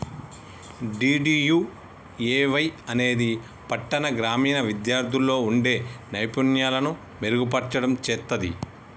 DDUAY అనేది పట్టాణ, గ్రామీణ విద్యార్థుల్లో వుండే నైపుణ్యాలను మెరుగుపర్చడం చేత్తది